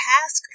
task